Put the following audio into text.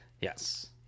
yes